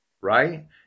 right